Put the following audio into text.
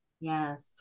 Yes